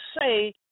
say